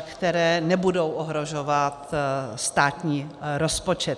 které nebudou ohrožovat státní rozpočet.